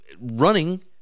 running